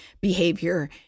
behavior